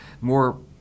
more